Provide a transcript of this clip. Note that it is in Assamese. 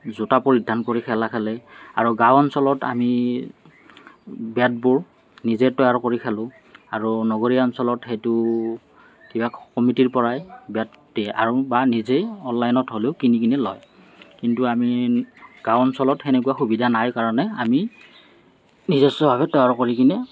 জোতা পৰিধান কৰি খেলা খেলে আৰু গাঁও অঞ্চলত আমি বেটবোৰ নিজে তৈয়াৰ কৰি খেলোঁ আৰু নগৰীয়া অঞ্চলত সেইটো কিবা কমিটীৰ পৰাই বেট দিয়ে আৰু বা নিজেই অনলাইনত হ'লেও কিনি কেনে লয় কিন্তু আমি গাঁও অঞ্চলত সেনেকুৱা সুবিধা নাই কাৰণে আমি নিজস্বভাৱে তৈয়াৰ কৰি কিনে